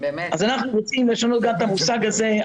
אנחנו רוצים לשנות גם את המושג הזה,